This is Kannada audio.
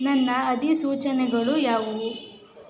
ನನ್ನ ಅಧಿಸೂಚನೆಗಳು ಯಾವುವು